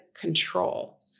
control